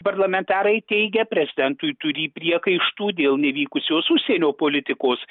parlamentarai teigia prezidentui turį priekaištų dėl nevykusios užsienio politikos